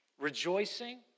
rejoicing